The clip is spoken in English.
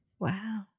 Wow